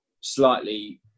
slightly